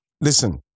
listen